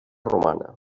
romana